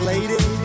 Lady